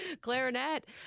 clarinet